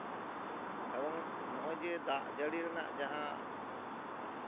ᱮᱵᱚᱝ ᱱᱚᱜᱼᱚᱭ ᱡᱮ ᱫᱟᱜ ᱡᱟᱹᱲᱤ ᱨᱮᱱᱟᱜ ᱡᱟᱦᱟᱸ